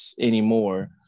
anymore